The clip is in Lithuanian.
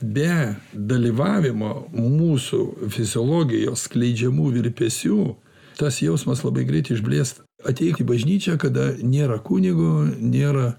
be dalyvavimo mūsų fiziologijos skleidžiamų virpesių tas jausmas labai greit išblės ateik į bažnyčią kada nėra kunigo nėra